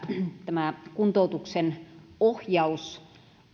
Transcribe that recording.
tämä kuntoutuksen ohjaus